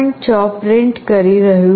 6 print કરી રહ્યું છે